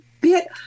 bit